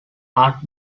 art